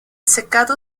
secado